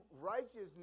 righteousness